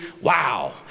wow